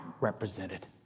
represented